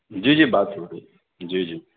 جی جی بات ہو رہی ہے جی جی